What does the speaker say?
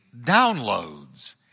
downloads